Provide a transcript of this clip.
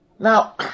Now